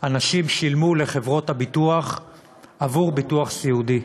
אנשים שילמו לחברות הביטוח עבור ביטוח סיעודי,